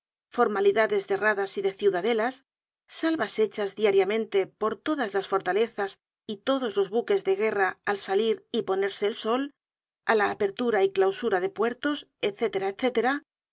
formalidades de radas y de ciudadelas salvas hechas diariamente por todas las fortalezas y todos los buques de guerra al salir y ponerse el sol á la apertura y clausura de puertos